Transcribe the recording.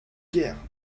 guerre